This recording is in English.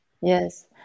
Yes